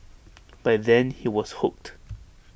by then he was hooked